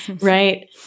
Right